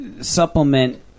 supplement